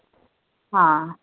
हां